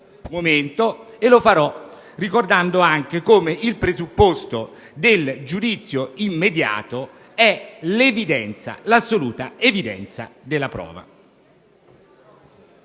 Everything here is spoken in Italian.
illustrerò ricordando anche come il presupposto del giudizio immediato sia l'assoluta evidenza della prova.